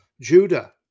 Judah